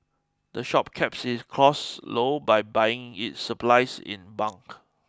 the shop keeps its costs low by buying its supplies in bulk